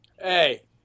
Hey